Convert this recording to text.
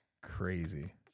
Crazy